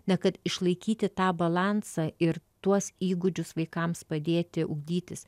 ne kad išlaikyti tą balansą ir tuos įgūdžius vaikams padėti ugdytis